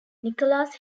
nicolas